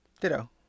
Ditto